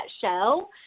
show